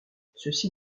ceci